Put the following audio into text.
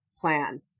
plan